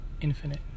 Infinite